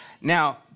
Now